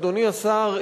אדוני השר,